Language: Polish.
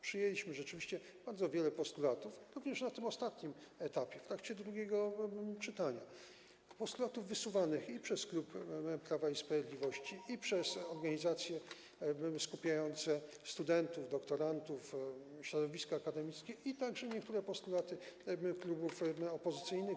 Przyjęliśmy rzeczywiście bardzo wiele postulatów, również na tym ostatnim etapie, w trakcie drugiego czytania, postulatów wysuwanych i przez klub Prawa i Sprawiedliwości, i przez organizacje skupiające studentów, doktorantów, środowiska akademickie, także niektóre postulaty klubów opozycyjnych.